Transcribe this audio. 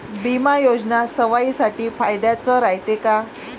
बिमा योजना सर्वाईसाठी फायद्याचं रायते का?